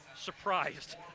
surprised